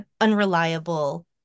unreliable